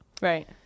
right